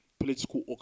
Political